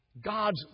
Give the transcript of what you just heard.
God's